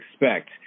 expect